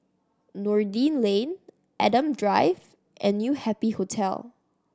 Noordin Lane Adam Drive and New Happy Hotel